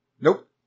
Nope